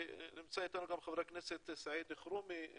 נמצא איתנו גם חבר הכנסת סעיד אלחרומי, אני